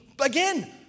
again